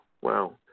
wow